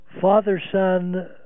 father-son